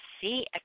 see